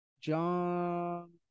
John